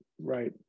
right